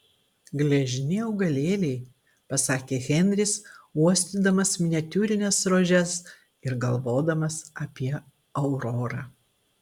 gležni augalėliai pasakė henris uostydamas miniatiūrines rožes ir galvodamas apie aurorą